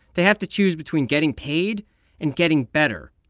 they have to choose between getting paid and getting better.